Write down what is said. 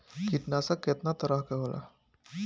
कीटनाशक केतना तरह के होला?